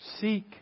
Seek